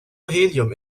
helium